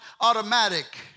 automatic